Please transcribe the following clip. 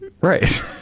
Right